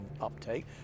uptake